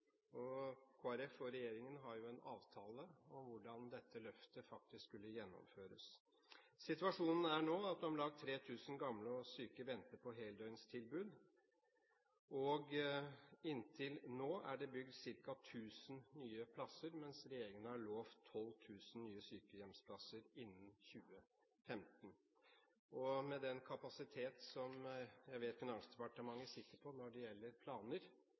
Kristelig Folkeparti og regjeringen har en avtale om hvordan dette løftet skulle gjennomføres. Situasjonen er nå at om lag 3 000 gamle og syke venter på heldøgnstilbud. Inntil nå er det bygd ca. 1 000 nye plasser, mens regjeringen har lovet 12 000 nye sykehjemsplasser innen 2015. Med den kapasitet som jeg vet Finansdepartementet sitter på når det gjelder planer,